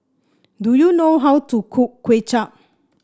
do you know how to cook Kuay Chap